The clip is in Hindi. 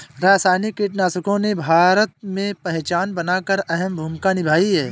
रासायनिक कीटनाशकों ने भारत में पहचान बनाकर अहम भूमिका निभाई है